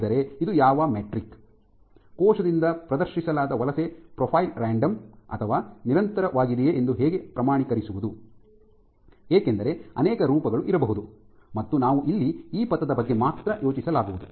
ಹಾಗಿದ್ದರೆ ಇದು ಯಾವ ಮೆಟ್ರಿಕ್ ಕೋಶದಿಂದ ಪ್ರದರ್ಶಿಸಲಾದ ವಲಸೆ ಪ್ರೊಫೈಲ್ ರಾಂಡಮ್ ಅಥವಾ ನಿರಂತರವಾಗಿದೆಯೆ ಎಂದು ಹೇಗೆ ಪ್ರಮಾಣೀಕರಿಸುವುದು ಏಕೆಂದರೆ ಅನೇಕ ರೂಪಗಳು ಇರಬಹುದು ಮತ್ತು ನಾವು ಇಲ್ಲಿ ಈ ಪಥದ ಬಗ್ಗೆ ಮಾತ್ರ ಯೋಚಿಸಲಾಗುವುದು